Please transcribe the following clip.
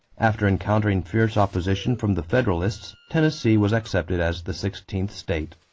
after encountering fierce opposition from the federalists, tennessee was accepted as the sixteenth state.